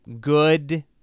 good